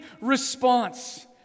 response